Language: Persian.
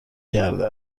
کرده